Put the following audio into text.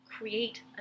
create